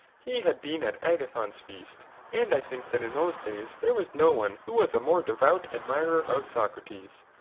he had been at agathon's feast and i think that in those days there was no one who was a more devoted admirer of socrates.